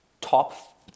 top